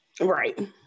right